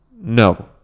No